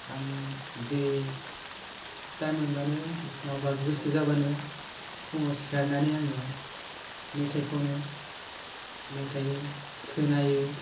आं जे टाइम मोनबानो नङाबा गोसो जाबानो फुङाव सिखारनानै आङो मेथाइ खनो मेथाइ खोनायो